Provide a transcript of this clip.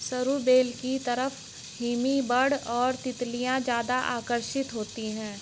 सरू बेल की तरफ हमिंगबर्ड और तितलियां ज्यादा आकर्षित होती हैं